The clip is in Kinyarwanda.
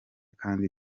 kandi